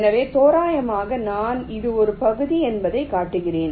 எனவே தோராயமாக நான் இது ஒரு பகுதி என்பதைக் காட்டுகிறேன்